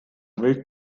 müük